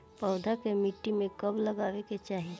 पौधा के मिट्टी में कब लगावे के चाहि?